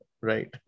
right